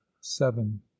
seven